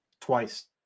twice